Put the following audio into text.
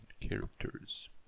characters